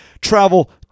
travel